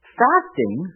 fasting